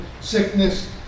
sickness